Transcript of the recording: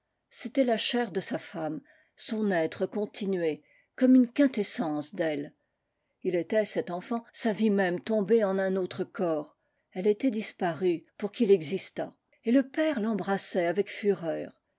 c'était la chair de sa femme son être continué comme une quintessence d'elle ii était cet enfant sa vie même tombée en un autre corps elle était disparue pour qu'il existât et le père l'embrassait avec fureur